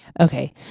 Okay